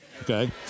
okay